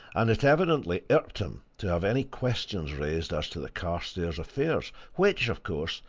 and it evidently irked him to have any questions raised as to the carstairs affairs which, of course,